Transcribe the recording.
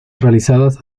realizadas